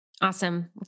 Awesome